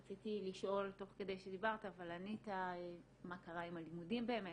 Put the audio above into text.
רציתי לשאול תוך כדי שדיברת אבל ענית מה קרה עם הלימודים באמת,